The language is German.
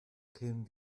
kämen